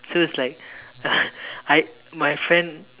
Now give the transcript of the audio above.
so it's like I my friend